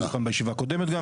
היינו כאן בישיבה הקודמת גם.